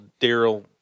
Daryl